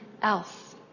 Else